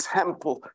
temple